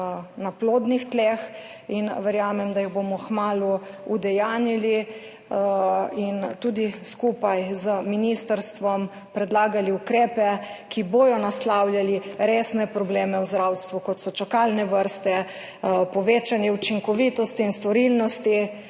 na plodnih tleh, in verjamem, da jih bomo kmalu udejanjili in tudi skupaj z ministrstvom predlagali ukrepe, ki bodo naslavljali resne probleme v zdravstvu, kot so čakalne vrste, povečanje učinkovitosti in storilnosti